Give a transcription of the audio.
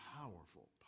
powerful